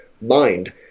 mind